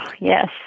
Yes